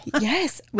Yes